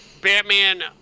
Batman